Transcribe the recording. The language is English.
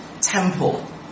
Temple